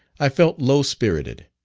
i felt low spirited,